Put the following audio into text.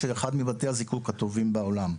שהוא אחד מבתי הזיקוק הטובים בעולם.